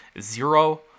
zero